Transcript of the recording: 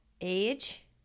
age